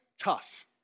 tough